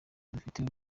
dufitiye